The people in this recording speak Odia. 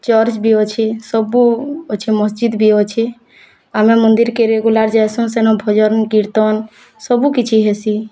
ଚର୍ଚ୍ଚ୍ ବି ଅଛି ସବୁ ଅଛି ମସଜିଦ୍ ବି ଅଛି ଆମେ ମନ୍ଦିର୍ କେ ରେଗୁଲାର୍ ଯାଏସୁଁ ସେନୁ ଭଜନ୍ କୀର୍ତ୍ତନ୍ ସବୁକିଛି ହେସି